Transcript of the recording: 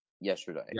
yesterday